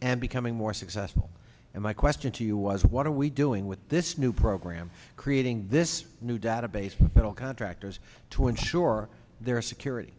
and becoming more successful and my question to you was what are we doing with this new program creating this new database that'll contractors to ensure their security